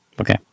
Okay